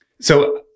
So-